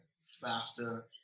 faster